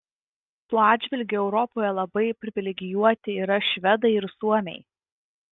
tuo atžvilgiu europoje labai privilegijuoti yra švedai ir suomiai